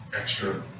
extra